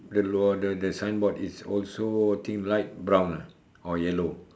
the the the signboard is also think light brown ah or yellow